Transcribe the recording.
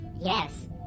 Yes